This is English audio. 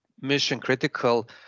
mission-critical